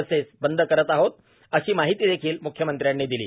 buses बंद करीत आहोत अशी माहिती देखील मुख्यमंत्र्यांनी दिली